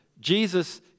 Jesus